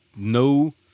no